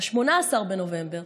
ב-18 בנובמבר